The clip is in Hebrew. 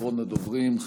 אחרון הדוברים,